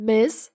Miss